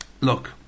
Look